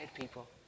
people